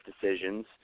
decisions